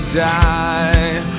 die